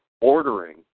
ordering